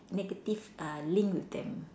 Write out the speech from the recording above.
negative uh link with them